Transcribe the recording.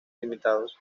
limitados